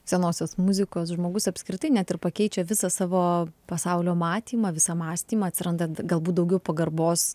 senosios muzikos žmogus apskritai net ir pakeičia visą savo pasaulio matymą visą mąstymą atsirandant galbūt daugiau pagarbos